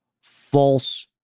false